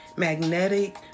magnetic